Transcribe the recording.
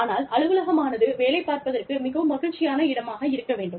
ஆனால் அலுவலகமானது வேலை பார்ப்பதற்கு மிகவும் மகிழ்ச்சியான இடமாக இருக்க வேண்டும்